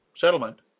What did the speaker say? settlement